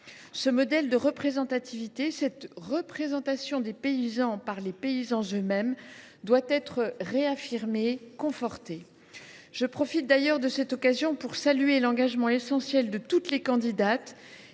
Ce modèle de représentativité, cette représentation des paysans par les paysans eux mêmes, doit être réaffirmé et conforté. Je profite d’ailleurs de cette occasion pour saluer l’engagement essentiel de toutes les candidates